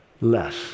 less